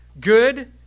Good